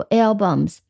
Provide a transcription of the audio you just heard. albums